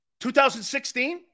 2016